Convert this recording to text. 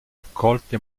accolta